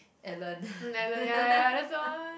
Ellen